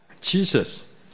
Jesus